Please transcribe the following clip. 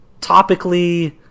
topically